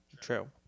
True